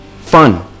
Fun